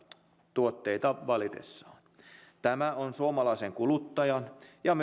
tuotteita valitessaan tämä on suomalaisen kuluttajan ja